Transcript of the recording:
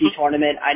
tournament